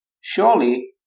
Surely